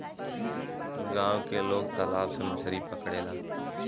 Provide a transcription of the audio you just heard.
गांव के लोग तालाब से मछरी पकड़ेला